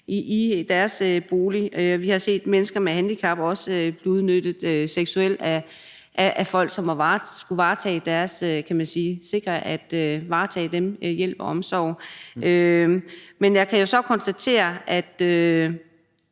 i deres bolig. Vi har set mennesker med handicap også blive udnyttet seksuelt af folk, som skulle varetage hjælp og omsorg for dem. Men jeg kan så konstatere, at